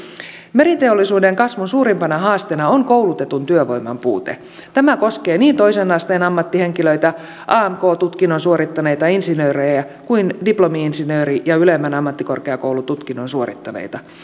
meriteollisuuden kasvun suurimpana haasteena on koulutetun työvoiman puute tämä koskee niin toisen asteen ammattihenkilöitä amk tutkinnon suorittaneita insinöörejä kuin diplomi insinöörejä ja ylemmän ammattikorkeakoulututkinnon suorittaneita